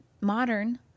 Modern